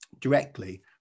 directly